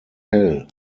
hell